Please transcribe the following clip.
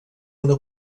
una